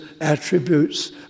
attributes